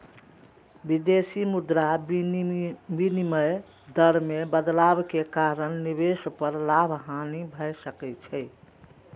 विदेशी मुद्रा विनिमय दर मे बदलाव के कारण निवेश पर लाभ, हानि भए सकै छै